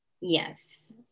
Yes